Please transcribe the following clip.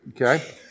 Okay